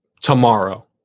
tomorrow